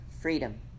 freedom